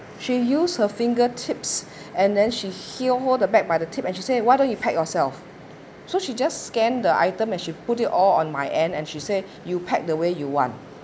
she use her fingertips and then she keep on hold the bag by the tip and she say why don't you pack yourself so she just scan the item as she put it all on my end and she say you pack the way you want